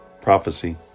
prophecy